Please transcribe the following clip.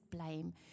blame